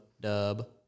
dub